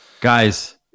Guys